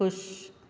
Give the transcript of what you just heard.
ख़ुशि